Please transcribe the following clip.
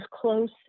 close